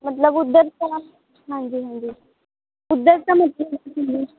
ਮਤਲਬ ਉਧਰ ਤਾਂ ਹਾਂਜੀ ਹਾਂਜੀ ਉੱਧਰ ਤਾਂ ਮਤਲਵ ਜੀ